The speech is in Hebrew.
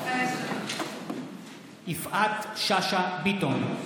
מתחייבת אני יפעת שאשא ביטון,